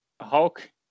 Hulk